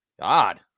God